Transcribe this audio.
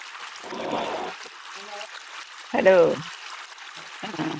hello hello ആ